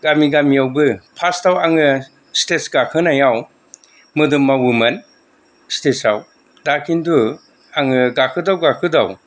गामि गामियावबो फार्स्टआव आङो स्टेज गाखोनायाव मोदोम मावोमोन स्टेजाव दा खिन्थु आङो गाखोदाव गाखोदाव